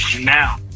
now